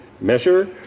measure